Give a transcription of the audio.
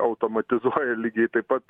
automatizuoja lygiai taip pat